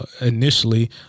initially